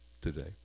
today